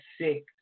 sick